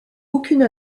aucune